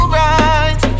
right